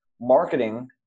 Marketing